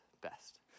best